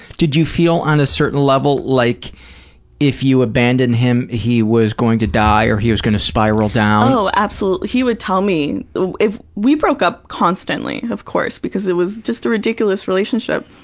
did you feel, on a certain level, like if you abandoned him, he was going to die or he was gonna spiral down? n oh, absolutely. he would tell me if we broke up constantly, of course, because it was just a ridiculous relationship.